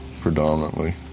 predominantly